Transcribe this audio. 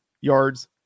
yards